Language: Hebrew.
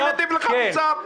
אני מטיף לך מוסר?